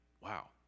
wow